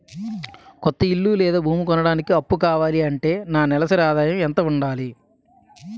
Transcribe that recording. కొత్త ఇల్లు లేదా భూమి కొనడానికి అప్పు కావాలి అంటే నా నెలసరి ఆదాయం ఎంత ఉండాలి?